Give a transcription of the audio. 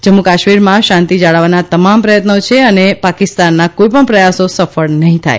જમ્મ્ કાશ્મીરમાં શાંતિ જાળવવાના તમામ પ્રયત્નો છે અને પાકિસ્તાનના કોઇપણ પ્રયાસો સફળ નહીં થાય